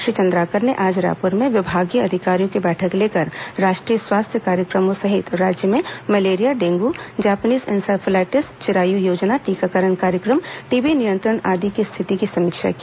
श्री चन्द्राकर ने आज रायपुर में विभागीय अधिकारियों की बैठक लेकर राष्ट्रीय स्वास्थ्य कार्यक्रमों सहित राज्य में malaria dengue Japanese encephalitis Chirayu योजना टीकाकरण कार्यक्रम टीबी नियंत्रण आदि की स्थिति की समीक्षा की